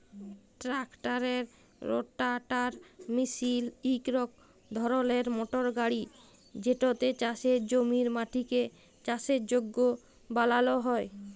ট্রাক্টারের রোটাটার মিশিল ইক ধরলের মটর গাড়ি যেটতে চাষের জমির মাটিকে চাষের যগ্য বালাল হ্যয়